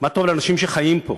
מה טוב לאנשים שחיים פה,